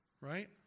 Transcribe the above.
right